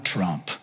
Trump